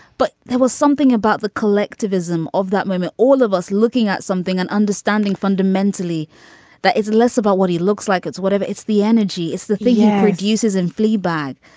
but there was something about the collectivism of that moment, all of us looking at something and understanding fundamentally that it's less about what he looks like. it's whatever. it's the energy is the thing it yeah produces and fleabag.